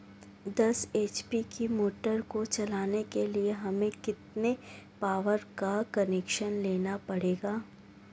दस एच.पी की मोटर को चलाने के लिए हमें कितने पावर का कनेक्शन लेना पड़ेगा?